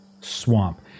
swamp